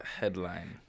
headline